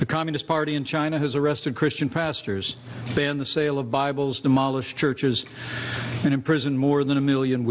the communist party in china has arrested christian pastors in the sale of bibles demolished churches and imprisoned more than a one million